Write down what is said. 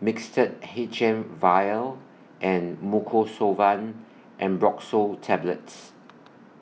Mixtard H M Vial and Mucosolvan Ambroxol Tablets